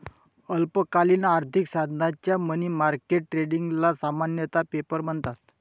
अल्पकालीन आर्थिक साधनांच्या मनी मार्केट ट्रेडिंगला सामान्यतः पेपर म्हणतात